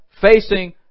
facing